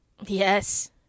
Yes